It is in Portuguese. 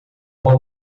uma